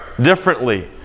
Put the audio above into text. differently